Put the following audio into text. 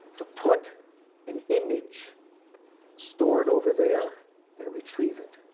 to put an image stored over there and retrieve it.